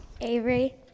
Avery